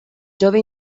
jove